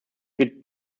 wird